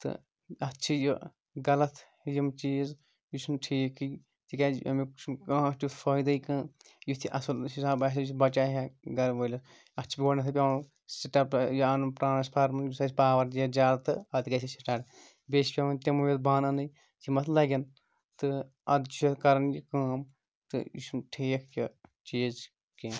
تہٕ اَتھ چھِ یہِ غلط یِم چیٖز یہِ چھُنہٕ ٹھیٖک کِہیٖنۍ تِکیازِ اَمیُٚک چھُنہٕ کانٛہہ تیُٚتھ فٲیدَے کانٛہہ یُتھ یہِ اَصٕل حِساب آسہِ ہا یہِ بَچایہِ ہا گَرٕ وٲلِس اَتھ چھِ گۄڈنٮ۪تھٕے پٮ۪وَان سِٹَپ یہِ اَنُن ٹرٛانَسفارمَر یُس اَسہِ پاوَر دی ہا زیادٕ تہٕ پَتہٕ گژھِ سٹاٹ بیٚیہِ چھِ پٮ۪وَان تِمٕے یوت بانہٕ اَنٕنۍ یِم اَتھ لَگن تہٕ اَدٕ چھُ کَرَان یہِ کٲم تہٕ یہِ چھُنہٕ ٹھیٖک یہِ چیٖز کِہیٖنۍ